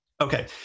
Okay